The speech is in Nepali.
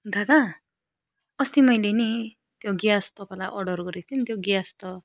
दादा अस्ति मैले नि त्यो ग्यास तपाईँलाई अर्डर गरेको थिएँ नि त्यो ग्यास त